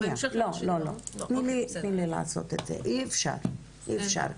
לא, לא, תני לי לעשות את זה, אי אפשר ככה.